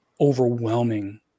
overwhelming